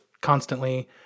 constantly